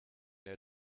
der